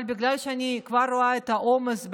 אבל בגלל שאני כבר רואה את העומס במליאה,